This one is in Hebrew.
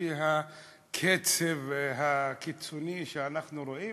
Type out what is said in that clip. לפי הקצב הקיצוני שאנחנו רואים,